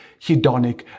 hedonic